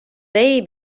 they